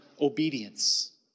obedience